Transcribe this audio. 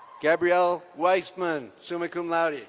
gabriel wiseman, summa cum laude.